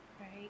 Right